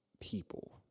people